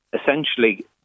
Essentially